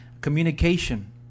communication